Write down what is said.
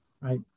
Right